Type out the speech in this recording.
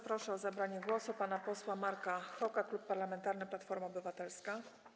Proszę o zabranie głosu pana posła Marka Hoka, Klub Parlamentarny Platforma Obywatelska.